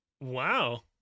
Wow